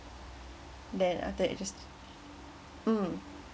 then after it just mm